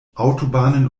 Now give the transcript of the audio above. autobahnen